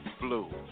blue